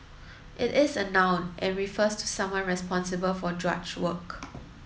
it is a noun and refers to someone responsible for drudge work